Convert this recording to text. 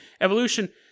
evolution